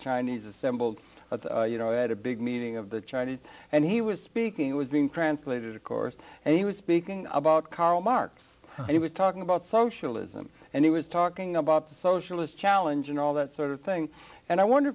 chinese assembled you know at a big meeting of the chinese and he was speaking it was being translated of course and he was speaking about karl marx and he was talking about socialism and he was talking about the socialist challenge and all that sort of thing and i wonder